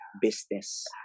business